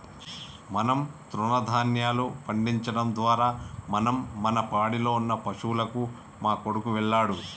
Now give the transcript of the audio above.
మనం తృణదాన్యాలు పండించడం ద్వారా మనం మన పాడిలో ఉన్న పశువులకు మా కొడుకు వెళ్ళాడు